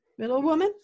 middlewoman